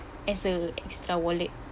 as a extra wallet